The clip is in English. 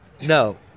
no